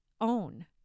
own